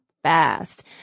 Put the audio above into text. Fast